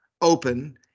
open